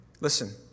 listen